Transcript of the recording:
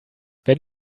wenn